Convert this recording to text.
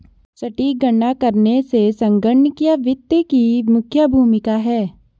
सटीक गणना करने में संगणकीय वित्त की मुख्य भूमिका है